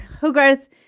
Hogarth